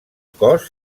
cos